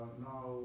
now